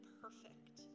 perfect